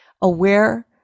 aware